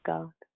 God